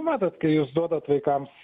matot kai jūs duodate vaikams